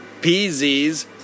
PZs